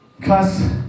cuss